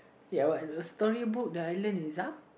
ya what the story book that I lend is up